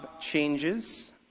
changes